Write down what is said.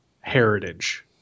heritage